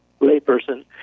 layperson